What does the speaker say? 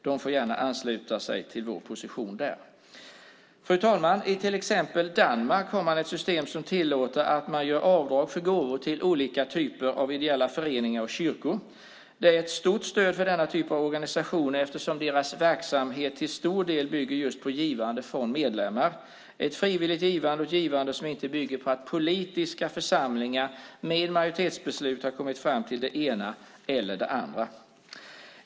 De får gärna ansluta sig till vår position där. Fru talman! I till exempel Danmark har man ett system som tillåter att man gör avdrag för gåvor till olika typer av ideella föreningar och kyrkor. Det finns ett stort stöd för denna typ av organisation eftersom dess verksamhet till stor del bygger just på givande från medlemmar. Det är ett frivilligt givande och ett givande som inte bygger på att politiska församlingar genom majoritetsbeslut har kommit fram till det ena eller det andra.